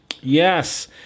yes